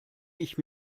ich